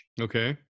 Okay